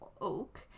oak